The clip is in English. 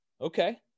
Okay